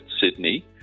Sydney